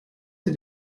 sie